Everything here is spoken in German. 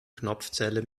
knopfzelle